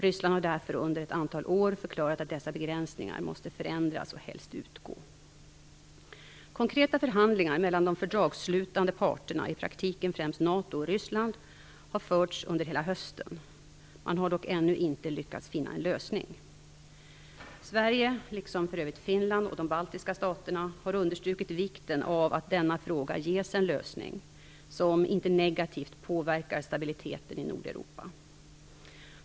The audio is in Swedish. Ryssland har därför under ett antal år förklarat att dessa begränsningar måste förändras eller helst utgå. Konkreta förhandlingar mellan de fördragsslutande parterna, i praktiken främst mellan NATO och Ryssland, har förts under hela hösten. Man har dock ännu inte lyckats finna en lösning. Sverige, liksom för övrigt Finland och de baltiska staterna, har understrukit vikten av att denna fråga ges en lösning som inte negativt påverkar stabiliteten i Nordeuropa.